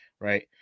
right